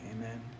amen